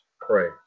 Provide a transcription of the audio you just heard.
pray